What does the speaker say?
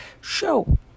show